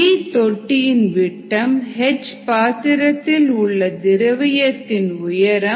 D தொட்டியின் விட்டம் H பாத்திரத்தில் உள்ள திரவியத்தின் உயரம்